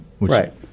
right